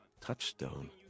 touchstone